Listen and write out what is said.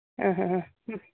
ആ ഹാ ആ മ്മ്